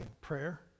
prayer